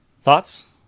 Thoughts